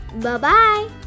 Bye-bye